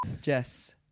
Jess